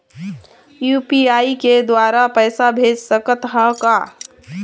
UPI के द्वारा पैसा भेज सकत ह का?